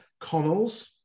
Connells